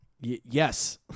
yes